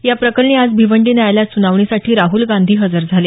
या प्रकरणी आज भिवंडी न्यायालयात सुनावणीसाठी राहुल गांधी हजर झाले